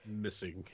missing